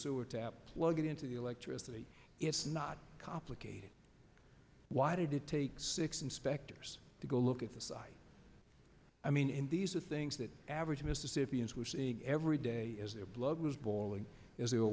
sewer tap plug it into the electricity it's not complicated why did it take six inspectors to go look at the site i mean in these are things that average mississippians were seeing every day as their blood was boiling as they were